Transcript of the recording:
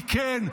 כי כן,